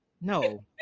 No